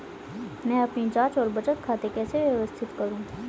मैं अपनी जांच और बचत खाते कैसे व्यवस्थित करूँ?